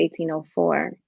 1804